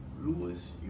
Lewis